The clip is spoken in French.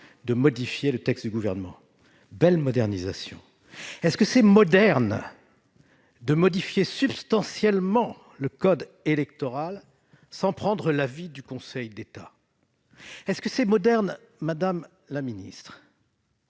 de modifier le texte du Gouvernement ? Belle modernisation ! Est-il moderne de modifier substantiellement le code électoral sans prendre l'avis du Conseil d'État ? Est-il moderne de présenter